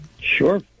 Sure